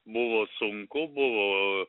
buvo sunku buvo